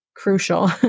crucial